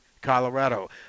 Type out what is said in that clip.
Colorado